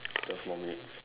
twelve more minutes